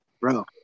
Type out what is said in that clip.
bro